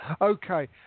Okay